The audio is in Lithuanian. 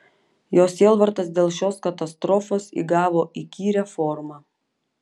jos sielvartas dėl šios katastrofos įgavo įkyrią formą